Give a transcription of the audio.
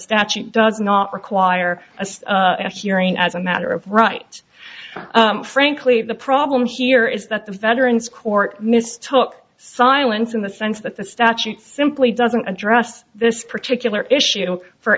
statute does not require a so after hearing as a matter of right frankly the problem here is that the veterans court miss top silence in the sense that the statute simply doesn't address this particular issue for